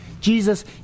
Jesus